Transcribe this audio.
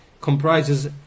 comprises